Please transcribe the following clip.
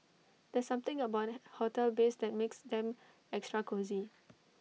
there's something about hotel beds that makes them extra cosy